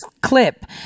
clip